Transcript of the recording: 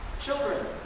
Children